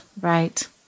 right